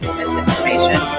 misinformation